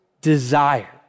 desire